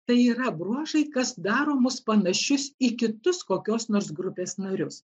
tai yra bruožai kas daro mus panašius į kitus kokios nors grupės narius